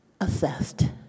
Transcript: assessed